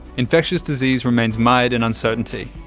infectious disease remains mired in uncertainty,